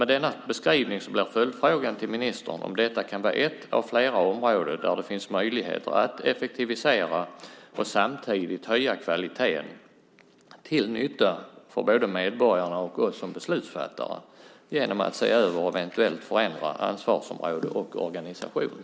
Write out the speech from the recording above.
Med denna beskrivning blir följdfrågan till ministern om detta kan vara ett av flera områden där det finns möjligheter att genom att se över och eventuellt förändra ansvarsområden och organisation effektivisera och samtidigt höja kvaliteten till nytta för både medborgarna och oss som beslutsfattare.